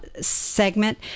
segment